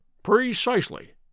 Precisely